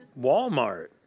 Walmart